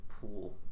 pool